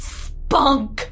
spunk